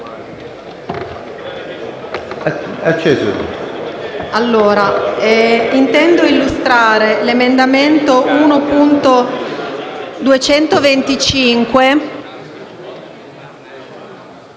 intendo illustrare l'emendamento 1.225